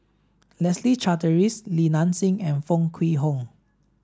Leslie Charteris Li Nanxing and Foo Kwee Horng